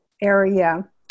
area